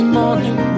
morning